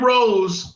Rose